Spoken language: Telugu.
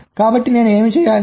కాబట్టి నేను ఏమి చేయాలి